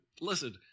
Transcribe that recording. Listen